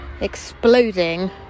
exploding